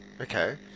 Okay